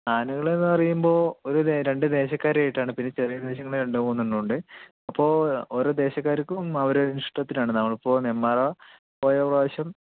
ആനകൾ എന്നു പറയുമ്പോൾ ഒരു രണ്ടു ദേശക്കാരും ആയിട്ടാണ് പിന്നെ ചെറിയ ദേശങ്ങൾ രണ്ടു മൂന്നെണ്ണം ഉണ്ട് അപ്പോൾ ഓരോ ദേശക്കാർക്കും അവരവരുടെ ഇഷ്ടത്തിനാണ് നമ്മൾ ഇപ്പോൾ നെമ്മാറ ഓരോ പ്രാവിശ്യം